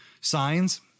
signs